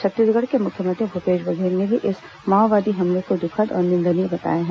छत्तीसगढ़ के मुख्यमंत्री भूपेश बघेल ने भी इस माओवादी हमले को दुखद और निंदनीय बताया है